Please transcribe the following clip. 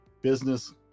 business